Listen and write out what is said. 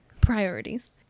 priorities